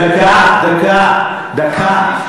דקה, דקה.